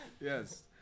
Yes